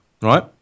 right